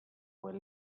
were